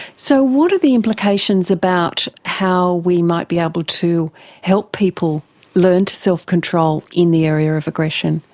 so what are the implications about how we might be able to help people learn to self-control in the area of aggression?